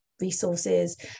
resources